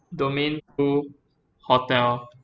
domain two hotel